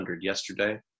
yesterday